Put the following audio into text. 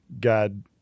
God